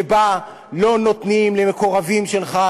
שבה לא נותנים למקורבים שלך,